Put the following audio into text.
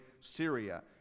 syria